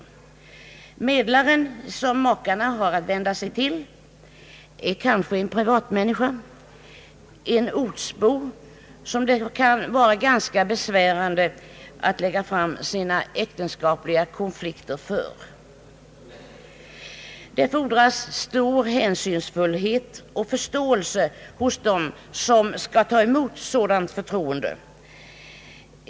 Den medlare som makarna har att vända sig till är kanske en privatmänniska, en ortsbo som det kan kännas ganska besvärande att lägga fram sina äktenskapliga konflikter för. Det fordras stor hänsynsfullhet och förståelse hos dem som skall ta emot sådant förtroende.